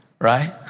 right